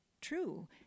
true